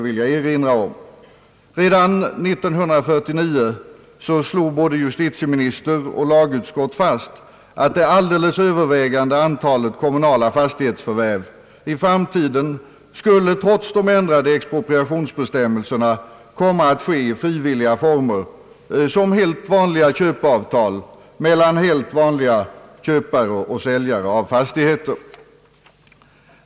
Redan 1949 slog både justitieminister och lagutskott fast att det alldeles övervägande antalet kommunala fastighetsförvärv i framtiden skulle, trots de ändrade expropriationsbestämmelserna, komma att ske i frivilliga former som helt vanliga köpeavtal mellan helt vanliga köpare och säljare av fastigheter.